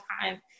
time